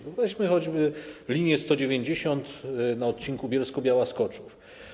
Bo weźmy choćby linię nr 190 na odcinku Bielsko-Biała - Skoczów.